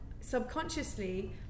subconsciously